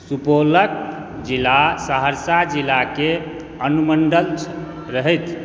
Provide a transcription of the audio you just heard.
सुपौलक जिला सहरसा जिलाके अनुमण्डल रहथि